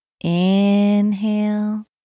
Inhale